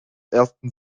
ersten